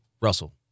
Russell